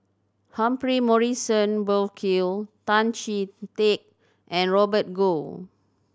Humphrey Morrison Burkill Tan Chee Teck and Robert Goh